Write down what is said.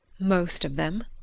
most of them.